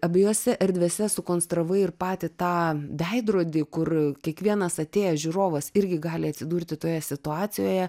abiejose erdvėse sukonstravai ir patį tą veidrodį kur kiekvienas atėjęs žiūrovas irgi gali atsidurti toje situacijoje